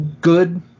good